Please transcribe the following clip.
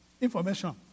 information